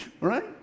Right